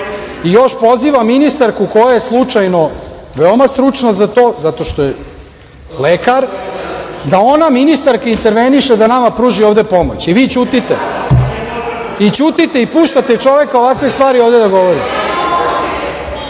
i još poziva ministarku koja je slučajno veoma stručna za to, zato što je lekar, da ona ministarka interveniše da nama ovde pruži pomoć i vi ćutite. Ćutite i puštate da čovek ovakve stvari govori. Onda